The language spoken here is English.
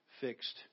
fixed